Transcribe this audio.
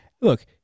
look